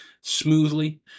smoothly